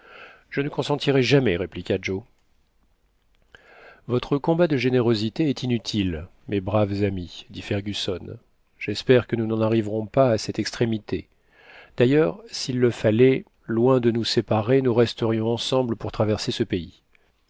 je ne consentirai jamais répliqua joe votre combat de générosité est inutile mes braves amis dit fergusson j'espère que nous n'en arriverons pas à cette extrémité d'ailleurs s'il le fallait loin de nous séparer nous resterions ensemble pour traverser ce pays